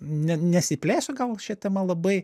ne nesiplėsiu gal šia tema labai